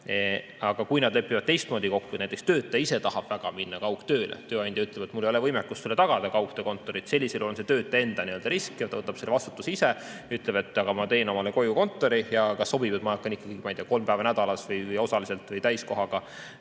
Aga kui nad lepivad teistmoodi kokku, näiteks töötaja ise tahab väga minna kaugtööle ning tööandja ütleb, et mul ei ole võimekust sulle tagada kaugtöökontorit, siis sellisel juhul on see töötaja enda nii-öelda risk, ta võtab selle vastutuse ise ja ütleb, et aga ma teen omale koju kontori ja kas sobib, et ma hakkan, ma ei tea, kolm päeva nädalas või osaliselt või täiskohaga